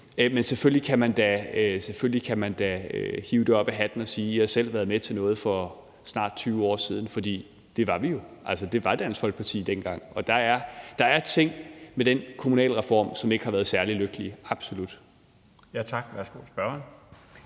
Men selvfølgelig kan man da hive det op af hatten og sige: I har selv været med til noget for snart 20 år siden. For det var vi jo. Altså, det var Dansk Folkeparti med til dengang, og der er ting ved den kommunalreform, som ikke har været særlig lykkelige – absolut. Kl. 20:01 Den